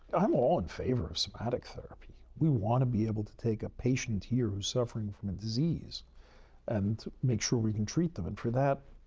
i'm all in favor of somatic therapy. we want to be able to take a patient here who's suffering from a disease and make sure we can treat them. and for that,